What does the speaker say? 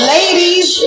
Ladies